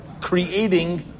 creating